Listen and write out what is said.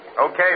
Okay